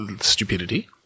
stupidity